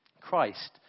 Christ